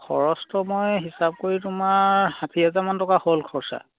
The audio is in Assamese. খৰচটো মই হিচাপ কৰি তোমাৰ ষাঠি হোজাৰমান টকা হ'ল খৰচা